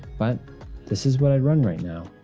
but this is what i run right now.